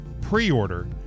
pre-order